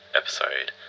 episode